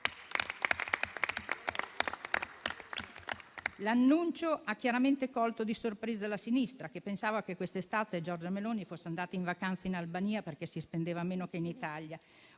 L'annuncio ha chiaramente colto di sorpresa la sinistra, che pensava che quest'estate Giorgia Meloni fosse andata in vacanza in Albania perché si spendeva meno che in Italia.